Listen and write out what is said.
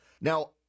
Now